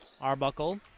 Arbuckle